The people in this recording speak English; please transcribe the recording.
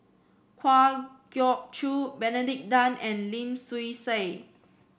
Kwa Geok Choo Benedict Tan and Lim Swee Say